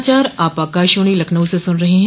यह समाचार आप आकाशवाणी लखनऊ से सुन रहे हैं